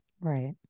Right